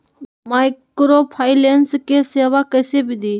Microfinance के सेवा कइसे विधि?